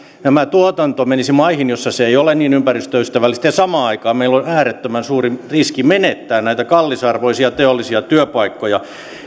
tämä tuotanto menisi maihin joissa se ei ole niin ympäristöystävällistä ja samaan aikaan meillä on äärettömän suuri riski menettää näitä kallisarvoisia teollisia työpaikkoja